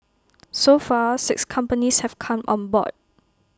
so far six companies have come on board